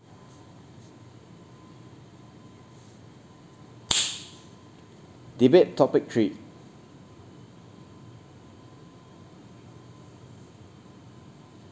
debate topic three